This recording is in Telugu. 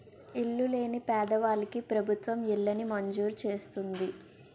ఇల్లు లేని పేదవాళ్ళకి ప్రభుత్వం ఇళ్లను మంజూరు చేస్తుంది